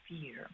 fear